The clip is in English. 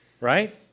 right